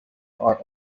are